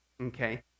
okay